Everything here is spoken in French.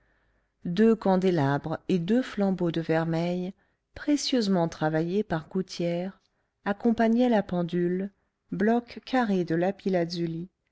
deux candélabres et deux flambeaux de vermeil précieusement travaillés par gouthière accompagnaient la pendule bloc carré de lapis-lazuli